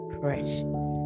precious